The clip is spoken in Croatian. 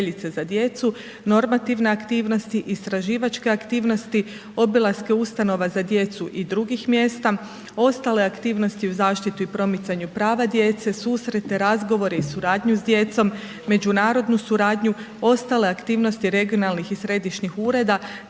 za djecu, normativne aktivnosti, istraživačke aktivnosti, obilaske ustanova za djecu i drugih mjesta, ostale aktivnost uz zaštitu i promicanju prava djece, susrete, razgovore i suradnju s djecom, međunarodnu suradnju, ostale aktivnosti regionalnih i središnjih ureda